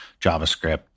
JavaScript